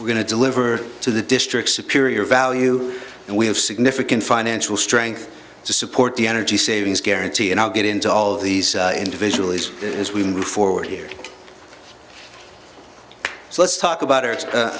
we're going to deliver to the district superior value and we have significant financial strength to support the energy savings guarantee and i'll get into all of these individual these as we move forward here so let's talk about our